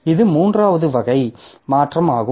இது மூன்றாவது வகை மாற்றாகும்